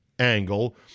angle